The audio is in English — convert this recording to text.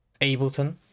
Ableton